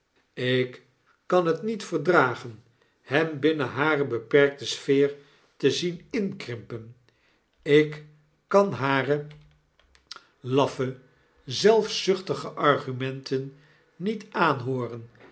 lk kan het niet verdragen hem binnen hare beperkte sfeer te zien inkrimpen ik kan hare laffe zelfzuchtige argumenten niet aanhooren